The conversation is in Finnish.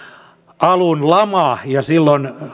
alun lama ja silloin